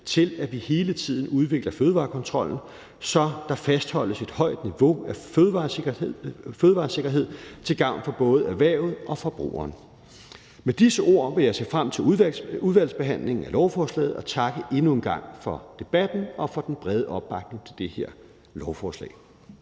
til, at vi hele tiden udvikler fødevarekontrollen, så der fastholdes et højt niveau af fødevaresikkerhed til gavn for både erhvervet og forbrugeren. Med disse ord vil jeg se frem til udvalgsbehandlingen af lovforslaget og endnu en gang takke for debatten og for den brede opbakning til det her lovforslag.